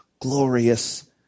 glorious